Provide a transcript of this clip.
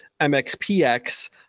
MXPX